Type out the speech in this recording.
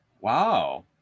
Wow